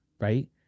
right